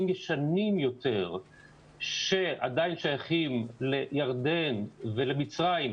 ישנים יותר שעדיין שייכים לירדן ולמצרים,